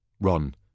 Ron